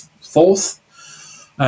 fourth